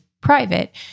private